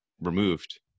removed